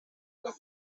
است